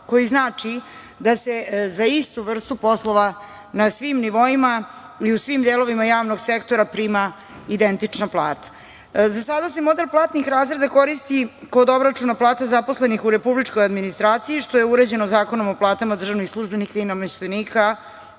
koji znači da se za istu vrstu poslova na svim nivoima i u svim delovima javnog sektora prima identična plata.Za sada se model platnih razreda koristi kod obračuna plata zaposlenih u republičkoj administraciji, što je uređeno Zakonom o platama državnih službenika i nameštenika